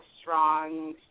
strong